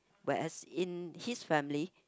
whereas in his family